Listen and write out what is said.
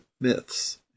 myths